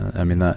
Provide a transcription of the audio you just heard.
i mean,